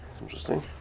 interesting